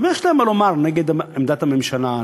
ואם יש להם מה לומר נגד עמדת הממשלה,